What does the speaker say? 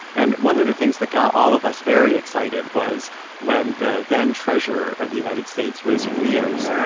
and one of the things that got all of us very excited was when the then treasurer of the united states, rosie rios,